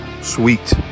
Sweet